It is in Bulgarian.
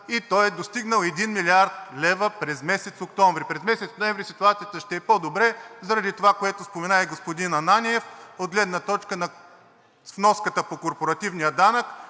и той е достигнал 1 млрд. лв. през месец октомври. През месец ноември ситуацията ще е по-добре заради това, което спомена и господин Ананиев, от гледна точка на вноската по корпоративния данък,